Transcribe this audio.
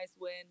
Win